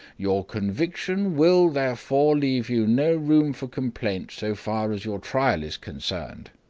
your conviction will, therefore, leave you no room for complaint so far as your trial is concerned.